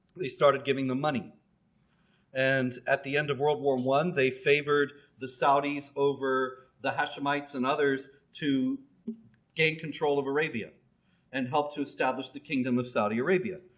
they started giving them money and at the end of world war i they favored the saudis over the hashemites and others to gain control of arabia and helped to establish the kingdom of saudi arabia.